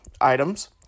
items